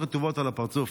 רטובות על הפרצוף.